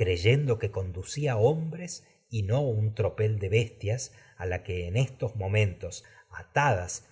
creyendo que con a hombres y tropel de bestias dentro en las que en estos momentos atadas